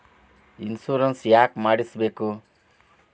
Insurance ಯಾಕ್ ಮಾಡಿಸಬೇಕು?